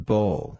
Bowl